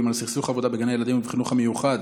על סכסוך עבודה בגני הילדים ובחינוך המיוחד,